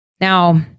Now